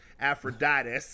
Aphrodite